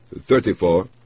Thirty-four